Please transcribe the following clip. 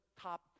top